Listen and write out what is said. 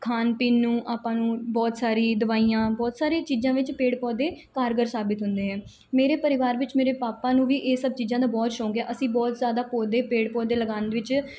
ਖਾਣ ਪੀਣ ਨੂੰ ਆਪਾਂ ਨੂੰ ਬਹੁਤ ਸਾਰੀ ਦਵਾਈਆਂ ਬਹੁਤ ਸਾਰੀਆਂ ਚੀਜ਼ਾਂ ਵਿੱਚ ਪੇੜ ਪੌਦੇ ਕਾਰਗਰ ਸਾਬਤ ਹੁੰਦੇ ਆ ਮੇਰੇ ਪਰਿਵਾਰ ਵਿੱਚ ਮੇਰੇ ਪਾਪਾ ਨੂੰ ਵੀ ਇਹ ਸਭ ਚੀਜ਼ਾਂ ਦਾ ਬਹੁਤ ਸ਼ੌਕ ਆ ਅਸੀਂ ਬਹੁਤ ਜ਼ਿਆਦਾ ਪੌਦੇ ਪੇੜ ਪੌਦੇ ਲਗਾਉਣ ਦੇ ਵਿੱਚ